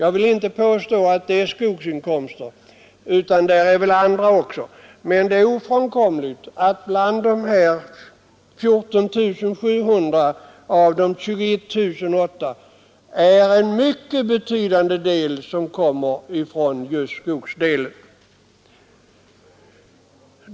Jag vill inte påstå att det är bara skogsinkomster, - Nr 68 utan det är väl andra inkomster också, men det är ofrånkomligt att det Torsdagen den bland de 14 700 av de 21 800 kronorna är en mycket betydande del som 12 april 1973 kommer från just skogsdelen.